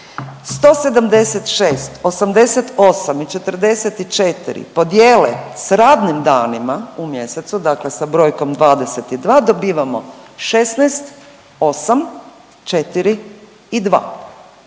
176, 88 i 44 podijele s radnim danima u mjesecu, dakle sa brojkom 22 dobivamo 16, 8, 4 i 2.